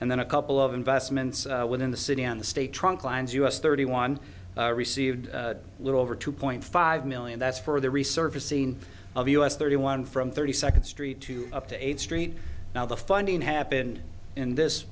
and then a couple of investments within the city on the state trunk lines us thirty one received a little over two point five million that's for the resurfacing of u s thirty one from thirty second street to up eighth street now the funding happened in this